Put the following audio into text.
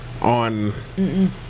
on